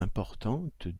importantes